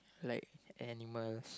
like animals